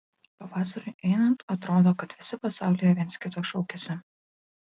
pavasariui einant atrodo kad visi pasaulyje viens kito šaukiasi